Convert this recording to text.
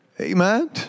Amen